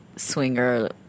Swinger